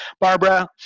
Barbara